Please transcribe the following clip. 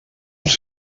els